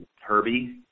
Herbie